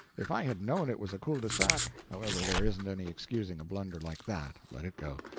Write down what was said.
if i had known it was a cul de sac however, there isn't any excusing a blunder like that, let it go.